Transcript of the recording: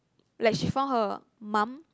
like she found her mum